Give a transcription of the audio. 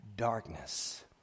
darkness